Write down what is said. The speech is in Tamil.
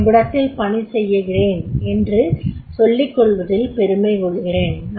நான் இவ்விடத்தில் பணிசெய்கிறேனென்று சொல்லிகொள்வதில் பெருமைகொள்கிறேன்